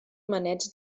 maneig